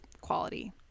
quality